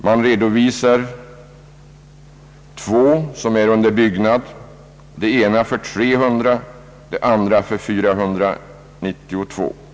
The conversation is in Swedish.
Man redovisar två som är under byggnad, det ena för 300, det andra för 492 interner.